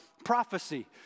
prophecy